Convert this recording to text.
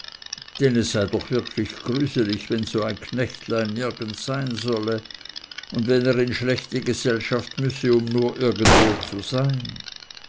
denn es sei doch wirklich grüselich wenn so ein knechtlein nirgends sein solle und wenn er in schlechte gesellschaft müsse um nur irgendwo zu sein